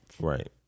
right